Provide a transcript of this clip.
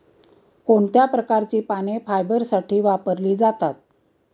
कोणत्या प्रकारची पाने फायबरसाठी वापरली जातात?